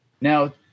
now